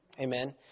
Amen